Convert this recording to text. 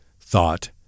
thought